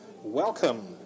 Welcome